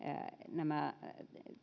nämä